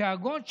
השאגות שהיו,